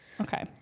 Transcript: Okay